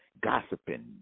gossiping